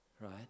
right